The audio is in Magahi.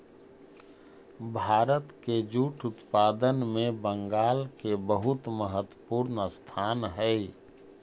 भारत के जूट उत्पादन में बंगाल के बहुत महत्त्वपूर्ण स्थान हई